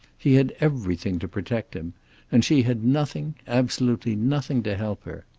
he had everything to protect him and she had nothing, absolutely nothing, to help her!